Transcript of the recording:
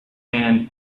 and